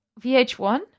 VH1